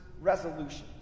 resolutions